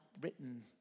written